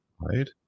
right